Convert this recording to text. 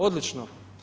Odlično.